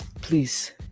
Please